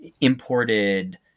imported